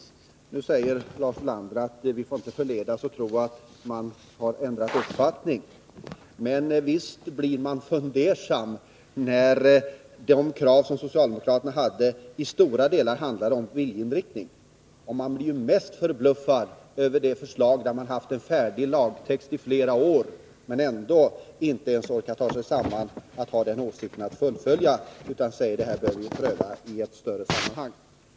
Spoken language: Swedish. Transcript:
Lars Ulander säger nu att vi inte får förledas att tro att socialdemokraterna har ändrat uppfattning. Men visst blir man fundersam, när de krav som socialdemokraterna hade i stora delar handlade om viljeinriktningen. Man blir mest förbluffad över agerandet när det gäller det förslag där socialdemokraterna i flera år har haft en färdig lagtext. Nu orkar de inte ens ta sig samman och fullfölja de tidigare kraven, utan de säger: Detta bör vi pröva i ett större sammanhang.